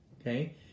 Okay